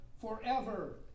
forever